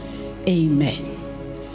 amen